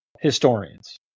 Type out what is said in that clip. Historians